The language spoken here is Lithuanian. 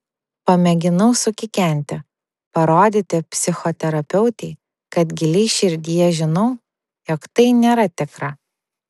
pamėginau sukikenti parodyti psichoterapeutei kad giliai širdyje žinau jog tai nėra tikra